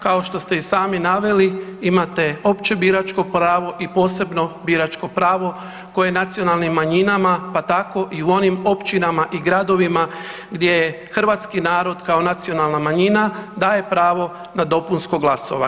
Kao što ste i sami naveli imate opće biračko pravo i posebno biračko pravo koje nacionalnim manjinama pa tako i u onim općinama i gradovima gdje je hrvatski narod kao nacionalna manjina daje pravo na dopunsko glasovanje.